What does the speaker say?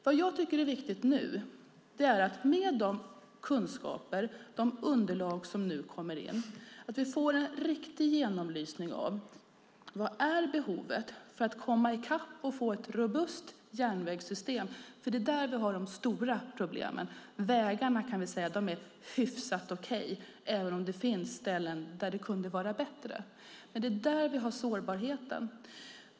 Vad jag tycker är viktigt är att vi med de kunskaper och underlag som nu kommer in får en riktig genomlysning av vad behovet är för att komma i kapp och få ett robust järnvägssystem. Det är nämligen där vi har de stora problemen. Vägarna kan vi säga är hyfsat okej, även om det finns ställen där det kunde vara bättre. Det är dock i järnvägssystemet vi har sårbarheten.